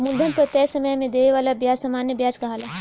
मूलधन पर तय समय में देवे वाला ब्याज सामान्य व्याज कहाला